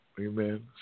Amen